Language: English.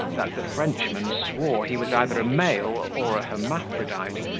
that the frenchman swore he was either a male or a hermaphrodite,